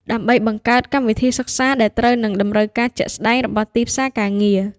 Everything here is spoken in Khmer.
ដើម្បីបង្កើតកម្មវិធីសិក្សាដែលត្រូវនឹងតម្រូវការជាក់ស្តែងរបស់ទីផ្សារការងារ។